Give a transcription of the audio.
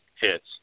hits